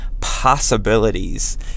possibilities